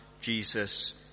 Jesus